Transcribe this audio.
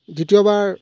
দ্বিতীয়বাৰ